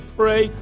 pray